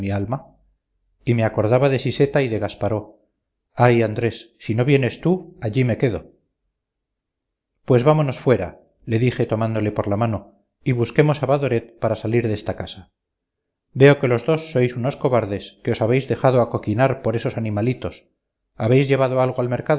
alma y me acordaba de siseta y de gasparó ay andrés si no vienes tú allí me quedo pues vámonos fuera le dije tomándole por la mano y busquemos a badoret para salir de esta casa veo que los dos sois unos cobardes que os habéis dejado acoquinar por esos animalitos habéis llevado algo al mercado